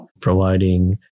providing